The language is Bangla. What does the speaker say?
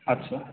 আচ্ছা